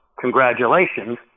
congratulations